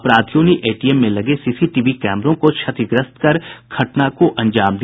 अपराधियों ने एटीएम में लगे सीसीटीवी कैमरों को क्षतिग्रस्त कर घटना को अंजाम दिया